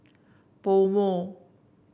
PoMo